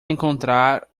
encontrar